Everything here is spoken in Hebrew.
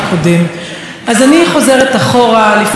אז אני חוזרת אחורה: לפני 70 שנה,